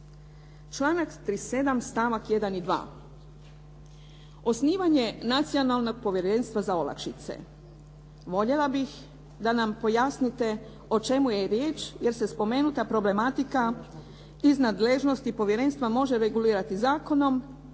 Članak 37. stavak 1. i 2. osnivanje nacionalnog povjerenstva za olakšice. Voljela bih da nam pojasnite o čemu je riječ jer se spomenuta problematika iz nadležnosti povjerenstva može regulirati zakonom